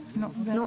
רגע.